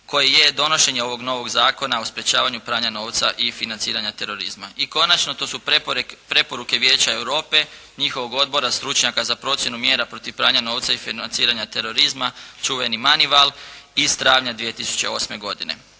koji je donošenje ovog novog zakona o sprječavanju pranja novca i financiranja terorizma. I konačno to su preporuke Vijeća Europe, njihovog odbora, stručnjaka za procjenu mjera protiv pranja novca i financiranja terorizma, čuveni manival iz travnja 2008. godine.